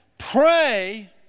pray